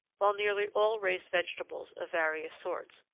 while nearly all raised vegetables of various sorts,